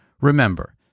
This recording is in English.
Remember